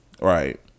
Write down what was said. right